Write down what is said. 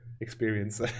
experience